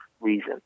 reason